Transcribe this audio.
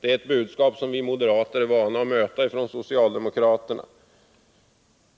Det var ett budskap som vi moderater är vana vid att möta från socialdemokraterna.